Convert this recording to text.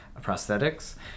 prosthetics